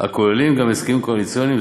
הכוללים גם הסכמים קואליציוניים,